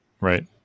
right